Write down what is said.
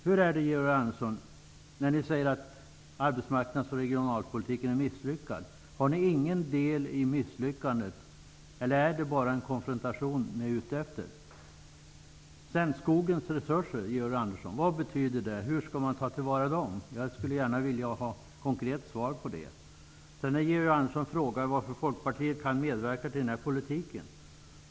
Hur är det när ni säger att arbetsmarknads och regionalpolitiken är misslyckad -- har ni ingen del i misslyckandet? Är det bara en konfrontation ni är ute efter? Georg Andersson! Vad betyder detta med att ta till vara skogens resurser? Hur skall man ta till vara dem? Jag skulle gärna vilja har ett konkret svar på det. Georg Andersson frågade hur Folkpartiet kan medverka till denna politik.